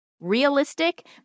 Realistic